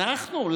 אנחנו?